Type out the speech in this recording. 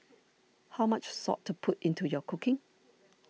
how much salt to put into your cooking